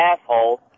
asshole